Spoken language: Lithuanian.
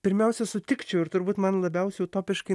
pirmiausia sutikčiau ir turbūt man labiausiai utopiškai